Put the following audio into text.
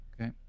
Okay